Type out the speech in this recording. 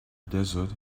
desert